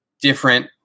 different